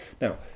Now